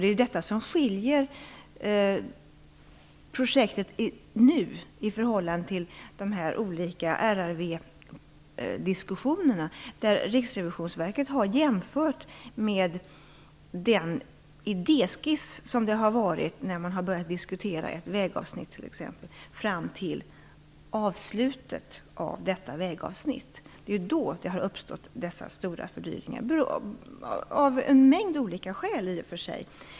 Det är detta som skiljer projektet i nuläget från de olika RRV diskussionerna. Riksrevisionsverket har jämfört med den idéskiss som har funnits när man har börjat diskutera ett vägavsnitt, t.ex., med avslutet av detta vägavsnitt. Det är då dessa stora fördyringar har uppstått - av en mängd olika skäl.